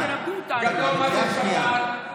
אתה כבר בקריאה שנייה.